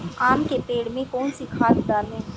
आम के पेड़ में कौन सी खाद डालें?